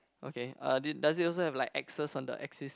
okay uh did does it also have like axes on the axis